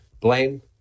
Blame